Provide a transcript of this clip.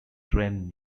train